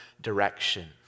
direction